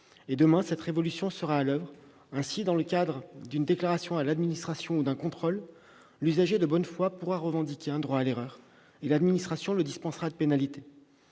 Demain, cette révolution sera à l'oeuvre : dans le cadre d'une déclaration à l'administration ou d'un contrôle, l'usager de bonne foi pourra revendiquer un « droit à l'erreur » et l'administration le dispensera de pénalité.